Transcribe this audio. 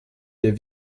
der